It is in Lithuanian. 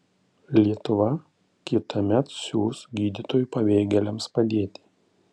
lietuva kitąmet siųs gydytojų pabėgėliams padėti